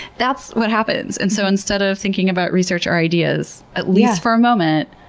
that's what happens. and so, instead of thinking about research or ideas, at least for a moment,